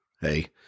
hey